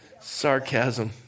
Sarcasm